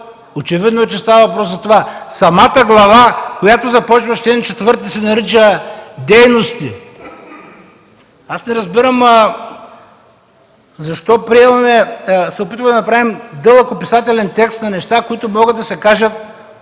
очевидно е, че става въпрос за това. Самата глава, която започва с чл. 4, се нарича „Дейности”. Аз не разбирам защо се опитваме да направим дълъг описателен текст на неща, които могат да се кажат